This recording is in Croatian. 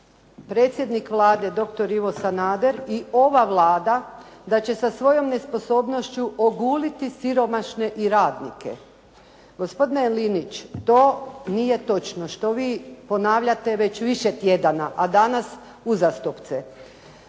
predsjednik Vlade, doktor Ivo Sanader i ova Vlada da će sa svojom nesposobnošću oguliti siromašne i radnike. Gospodine Linić, to nije točno što vi ponavljate već više tjedana, a danas uzastopce.